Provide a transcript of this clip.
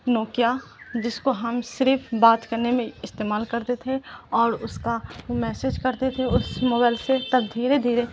Nokia جس کو ہم صرف بات کرنے میں استعمال کرتے تھے اور اس کا میسج کرتے تھے اس موبائل سے تب دھیرے دھیرے